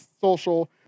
social